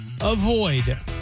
avoid